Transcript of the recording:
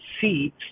seeds